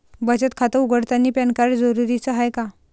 बचत खाते उघडतानी पॅन कार्ड जरुरीच हाय का?